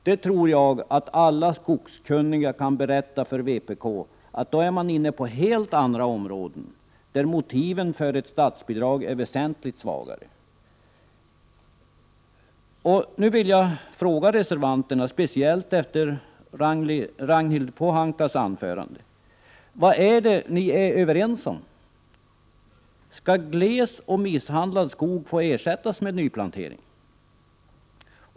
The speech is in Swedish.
Jag tror att alla skogskunniga kan berätta för vpk att man i så fall är inne på helt andra områden och att motivet för ett statsbidrag till detta är väsentligt svagare. Jag vill, speciellt efter Ragnhild Pohankas anförande, fråga reservanterna: Vad är det ni är överens om? Skall gles och misshandlad skog få ersättas med nyplantering?